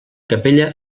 capella